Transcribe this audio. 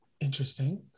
Interesting